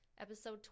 Episode